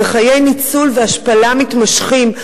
חיי ניצול והשפלה מתמשכים.